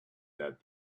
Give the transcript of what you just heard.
that